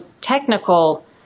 technical